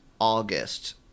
August